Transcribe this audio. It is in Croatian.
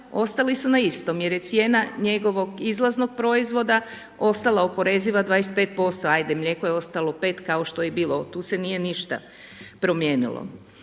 ostali su na istom jer je cijena njegovog izlaznog proizvoda ostala oporeziva 25%, ajde mlijeko je ostalo pet kao što je i bilo tu se nije ništa promijenilo.